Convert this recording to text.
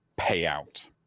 payout